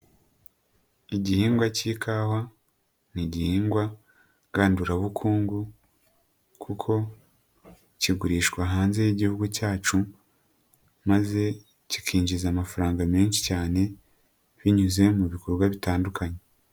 Igihingwak'ikawa ntigihingwa ngandurabukungu, kuko kigurishwa hanze y'igihugu cyacu maze kikinjiza amafaranga menshi cyane binyuze mu bikorwa bitandukanye.